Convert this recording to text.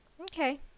okay